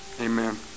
Amen